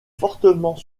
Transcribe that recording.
fortement